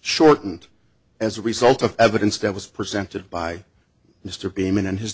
shortened as a result of evidence that was presented by mr beeman and his